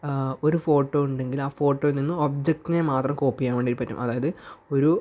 ഒരു ഫോട്ടോ ഉണ്ടെങ്കിൽ ആ ഫോട്ടോയിൽ നിന്ന് ഒബ്ജക്റ്റിനെ മാത്രം കോപ്പി ചെയ്യാൻ വേണ്ടിയിട്ട് പറ്റും അതായത് ഒരു